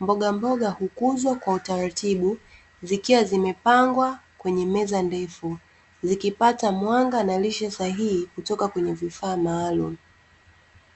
Mbogamboga hukuzwa kwa utaratibu zikiwa zimepangwa kwenye meza ndefu zikipata mwanga na lishe sahihi kutoka kwenye vifaa maalum.